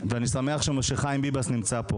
ואני שמח שחיים ביבס נמצא פה